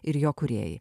ir jo kūrėjai